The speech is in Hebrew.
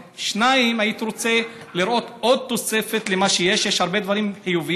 1. 2. הייתי רוצה לראות עוד תוספת למה שיש יש הרבה דברים חיוביים,